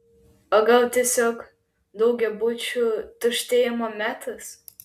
o gal tiesiog daugiabučių tuštėjimo metas